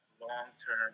long-term